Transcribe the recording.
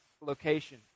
location